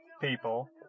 people